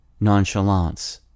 nonchalance